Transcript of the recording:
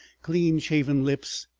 clean-shaven lips,